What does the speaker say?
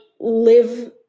live